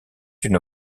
une